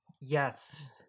yes